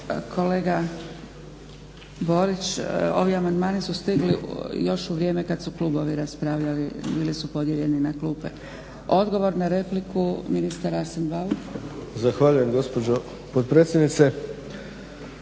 Kolega Borić, ovi amandmani su stigli još u vrijeme kad su klubovi raspravljali, bili su podijeljeni na klupe. Odgovor na repliku, ministar Arsen Bauk. **Bauk, Arsen (SDP)** Zahvaljujem gospođo potpredsjednice.